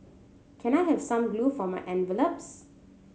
can I have some glue for my envelopes